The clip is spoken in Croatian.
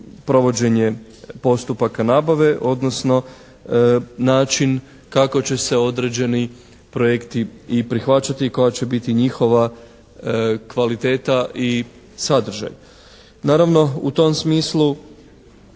provođenje postupaka nabave odnosno način kako će se određeni projekti i prihvaćati i koja će biti njihova kvaliteta i sadržaj? Naravno u tom smislu